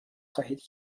خواهید